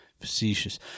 facetious